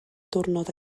diwrnod